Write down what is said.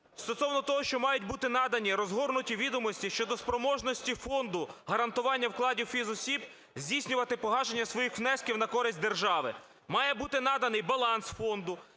стосовно того, що мають бути надані розгорнуті відомості щодо спроможності Фонду гарантування вкладів фізосіб здійснювати погашення своїх внесків на користь держави. Має бути наданий баланс фонду,